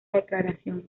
declaración